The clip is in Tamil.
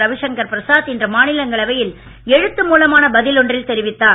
ரவிசங்கர பிரசாத் இன்று மாநிலங்களவையில் எழுத்து மூலமான பதில் ஒன்றில் தெரிவித்தார்